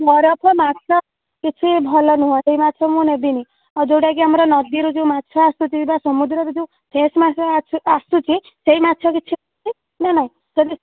ବରଫ ମାଛ କିଛି ଭଲ ନୁହଁ ସେଇ ମାଛ ମୁଁ ନେବିନି ଆଉ ଯେଉଁଟାକି ଆମର ନଦୀରୁ ଯେଉଁ ମାଛ ଆସୁଛି ବା ସମୁଦ୍ରରୁ ଯେଉଁ ଫ୍ରେଶ୍ ମାଛ ଆସୁଛି ସେଇ ମାଛ କିଛି ଆସୁଛି ନା ନାଇ ଯଦି